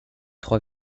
trois